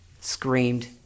screamed